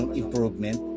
improvement